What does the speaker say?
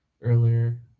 earlier